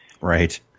right